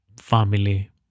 family